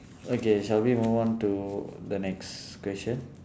okay shall we move on to the next question